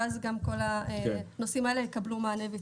ואז כל הנושאים האלה יקבלו מענה.